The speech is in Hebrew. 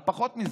על פחות מזה.